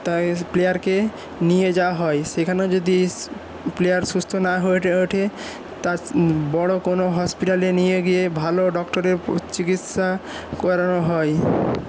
তাই প্লেয়ারকে নিয়ে যাওয়া হয় সেখানে যদি প্লেয়ার সুস্থ না হয়ে ওঠে তাকে বড়ো কোনো হসপিটালে নিয়ে গিয়ে ভালো কোনো ডক্টরী চিকিৎসা করানো হয়